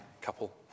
couple